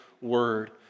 word